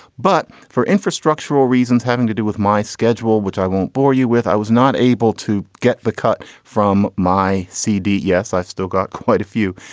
but for infrastructural reasons, having to do with my schedule, which i won't bore you with. i was not able to get the cut from my c d. yes, i still got quite a few.